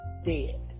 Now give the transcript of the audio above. dead